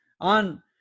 on